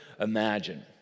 imagine